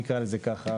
נקרא לזה ככה,